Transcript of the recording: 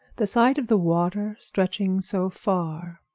the sight of the water stretching so far